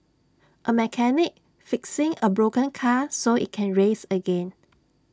A mechanic fixing A broken car so IT can race again